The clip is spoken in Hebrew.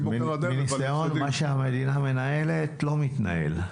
מניסיון מה שהמדינה מנהלת לא מתנהל.